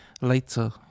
Later